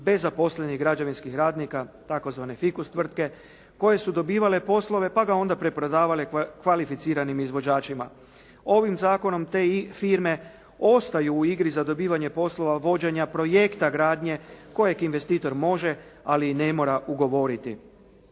bez zaposlenih građevinskih radnika tzv. fikus tvrtke koje su dobivale poslove pa ga onda preprodavale kvalificiranim izvođačima. Ovim zakonom te firme ostaju u igri za dobivanje poslova vođenja projekta gradnje kojeg investitor može, ali i ne mora ugovoriti.